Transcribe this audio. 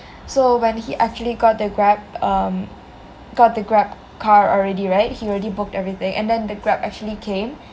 so when he actually got the Grab um got the Grab car already right he already booked everything and then the Grab actually came